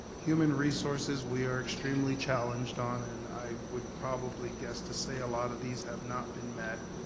human resources, we are extremely challenged on, and i would probably guess to say a lot of these have not been met.